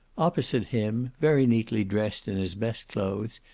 opposite him, very neatly dressed in his best clothes,